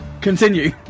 continue